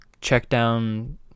check-down